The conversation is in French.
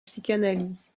psychanalyse